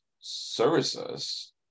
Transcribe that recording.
services